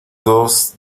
dos